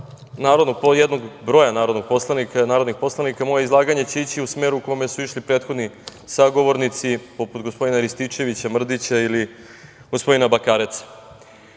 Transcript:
od jednog broja narodnih poslanika, moje izlaganje će ići u smeru u kome su išli prethodni sagovornici poput gospodina Rističevića, Mrdića ili gospodina Bakareca. Znate,